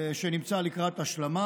והוא נמצא לקראת השלמה.